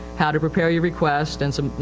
how to prepare your request and some,